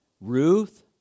Ruth